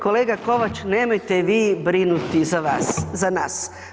Kolega Kovač, nemojte vi brinuti za vas, za nas.